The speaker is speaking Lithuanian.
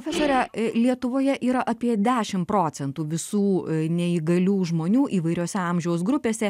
profesore lietuvoje yra apie dešimt procentų visų neįgalių žmonių įvairiose amžiaus grupėse